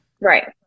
Right